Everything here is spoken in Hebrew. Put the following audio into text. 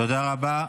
תודה רבה.